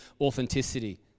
authenticity